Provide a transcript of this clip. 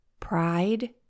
Pride